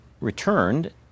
returned